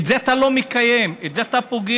את זה אתה לא מקיים, בזה אתה פוגע.